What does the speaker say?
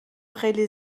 خیلی